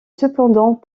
cependant